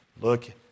Look